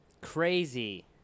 Crazy